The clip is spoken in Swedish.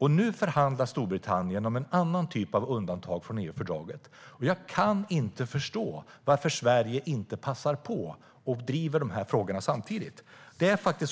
Nu förhandlar Storbritannien om en annan typ av undantag från EU-fördraget. Jag kan inte förstå varför Sverige inte passar på och samtidigt driver dessa frågor.